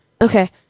Okay